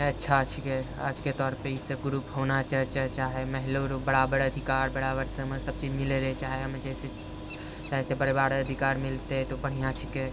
अच्छा छीकै आजके दौर पे ईसभ ग्रुप होना चाही महिलो रो बराबर अधिकार बराबर समय सभचीज मिलय रहै छै एहिमे जे छै से रहतै तऽ बराबर अधिकार मिलतै तऽ ओ बढ़िआँ छीकै